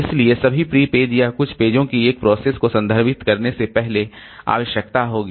इसलिए सभी pre page या कुछ पेजों की एक प्रोसेस को संदर्भित करने से पहले आवश्यकता होगी